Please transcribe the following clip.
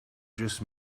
just